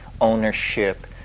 ownership